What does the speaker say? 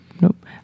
nope